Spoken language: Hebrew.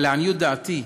אבל לעניות דעתי,